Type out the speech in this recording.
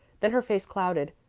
then her face clouded.